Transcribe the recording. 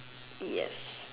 yes